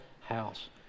house